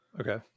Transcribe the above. Okay